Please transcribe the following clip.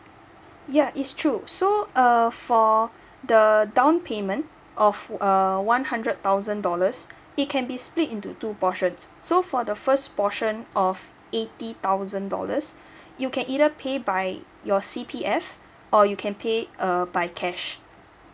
ya it's true so err for the down payment of uh one hundred thousand dollars it can be split into two portions so for the first portion of eighty thousand dollars you can either pay by your C_P_F or you can pay err by cash